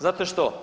Znate što?